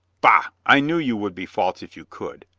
bah, i knew you would be false if you could.